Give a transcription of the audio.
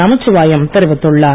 நமச்சிவாயம் தெரிவித்துள்ளார்